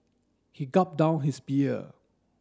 he gulped down his beer